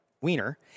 wiener